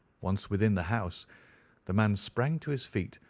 once within the house the man sprang to his feet,